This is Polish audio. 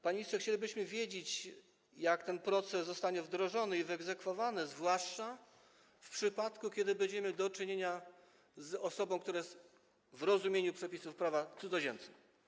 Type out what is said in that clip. Panie ministrze, chcielibyśmy wiedzieć, jak ten proces zostanie wdrożony i wyegzekwowany, zwłaszcza w przypadku gdy będziemy mieli do czynienia z osobą, która jest w rozumieniu przepisów prawa cudzoziemcem.